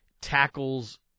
tackles